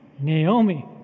Naomi